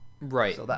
Right